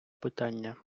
питання